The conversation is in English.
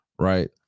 right